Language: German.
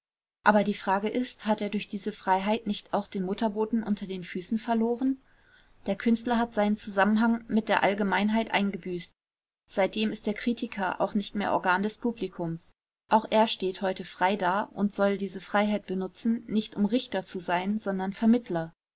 aber die frage ist hat er durch diese freiheit nicht auch den mutterboden unter den füßen verloren der künstler hat seinen zusammenhang mit der allgemeinheit eingebüßt seitdem ist der kritiker auch nicht mehr organ des publikums auch er steht heute frei da und soll diese freiheit benutzen nicht um richter zu sein sondern vermittler